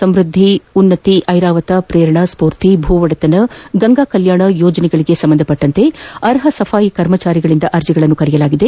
ಸಂವ್ಬದ್ದಿ ಉನ್ನತಿ ಐರಾವತ ಪ್ರೇರಣ ಸ್ಪೂರ್ತಿ ಭೂ ಒಡೆತನ ಗಂಗಾ ಕಲ್ಯಾಣ ಯೋಜನೆ ಸಂಬಂಧಿಸಿದಂತೆ ಅರ್ಹ ಸಫಾಯಿ ಕರ್ಮಚಾರಿಗಳಿಂದ ಅರ್ಜಿಗಳನ್ನು ಆಹ್ಲಾನಿಸಲಾಗಿದೆ